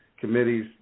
Committees